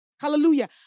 Hallelujah